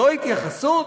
זו התייחסות?